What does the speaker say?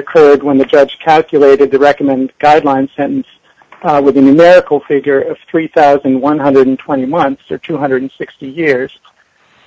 occurred when the judge calculated the recommend guideline sentence within the medical figure of three thousand one hundred and twenty months or two hundred and sixty years